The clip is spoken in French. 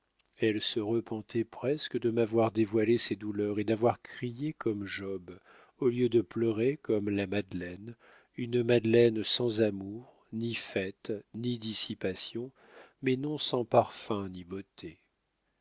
elle se repentait presque de m'avoir dévoilé ses douleurs et d'avoir crié comme job au lieu de pleurer comme la madeleine une madeleine sans amours ni fêtes ni dissipations mais non sans parfums ni beautés